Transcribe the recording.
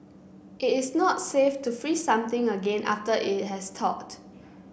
it is not safe to freeze something again after it has thawed